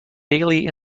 daily